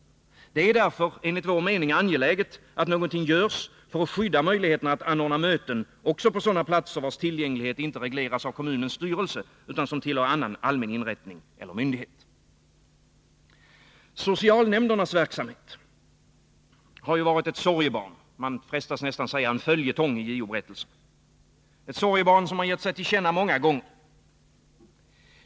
Det är därför enligt vår mening angeläget att något görs för att skydda möjligheterna att anordna möten också på sådana platser vilkas tillgänglighet inte regleras av kommunens styrelse utan som tillhör annan allmän inrättning eller myndighet. Socialnämndernas verksamhet har varit ett sorgebarn — man frestas kalla den en följetong i JO-berättelserna — som gett sig till känna många gånger.